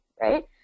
right